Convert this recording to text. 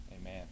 Amen